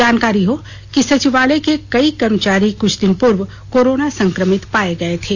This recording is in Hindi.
जानकारी हो कि सचिवालय के कई कर्मचारी कुछ दिन पूर्व कोरोना संक्रमित पाये गये थे